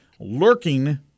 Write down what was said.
Lurking